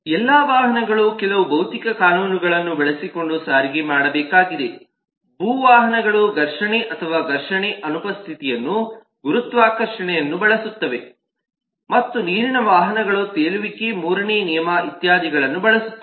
ಎಲ್ಲಾ ವಾಹನಗಳು ಕೆಲವು ಭೌತಿಕ ಕಾನೂನುಗಳನ್ನು ಬಳಸಿಕೊಂಡು ಸಾರಿಗೆ ಮಾಡಬೇಕಾಗಿದೆ ಭೂ ವಾಹನಗಳು ಘರ್ಷಣೆ ಅಥವಾ ಘರ್ಷಣೆ 1312 ಅನುಪಸ್ಥಿತಿಯನ್ನು ಗುರುತ್ವಾಕರ್ಷಣೆಯನ್ನು ಬಳಸುತ್ತವೆ ಮತ್ತು ನೀರಿನ ವಾಹನಗಳು ತೇಲುವಿಕೆ ಮೂರನೇ ನಿಯಮ ಇತ್ಯಾದಿಗಳನ್ನು ಬಳಸುತ್ತವೆ